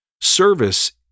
Service